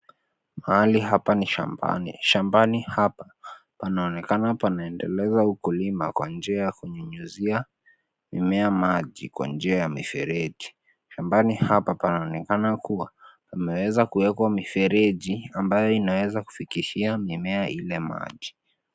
Mahali hapa ni shambani. Shambani hapa panaonekana panaendeleza ukulima kwa njia ya kunyunyizia mimea maji kwa njia ya mifereji. Shambani hapa panaonekana kuwa pameweza kuwekwa mifereji ambayo inaweza kufikishia mimea ile maji.